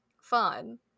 fun